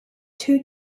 two